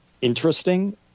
interesting